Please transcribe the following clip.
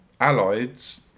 allies